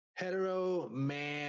Heteroman